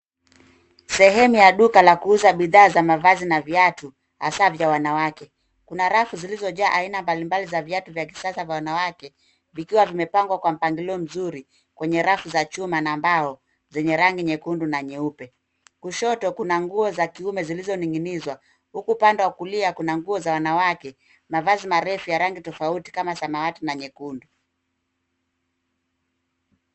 Sehemu ya duka la kuuza bidhaa za mavazi na viatu, hasa vya wanawake. Kuna rafu zilizojaa aina mbalimbali za viatu vya kisasa vya wanawake, vikiwa vimepangwa kwa mpangilio mzuri kwenye rafu za chuma na mbao, zenye rangi nyekundu na nyeupe. Kushoto, kuna nguo za kiume zilizoning'inizwa, huku upande wa kulia kuna nguo za wanawake, mavazi marefu ya rangi tofauti kama samawati na nyekundu.